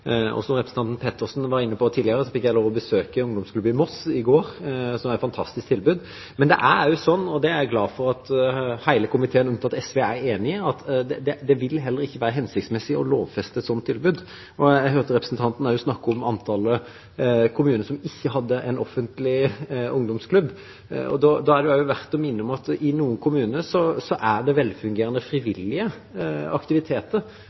Og som representanten Pettersen var inne på tidligere, fikk jeg i går lov til å besøke en ungdomsklubb i Moss som har et fantastisk tilbud. Men det er sånn, og det er jeg glad for at hele komiteen, unntatt SV, er enig i, at det ikke vil være hensiktsmessig å lovfeste et sånt tilbud. Jeg hørte representanten snakke om antallet kommuner som ikke hadde en offentlig ungdomsklubb. Da er det verdt å minne om at i noen kommuner er det velfungerende frivillige aktiviteter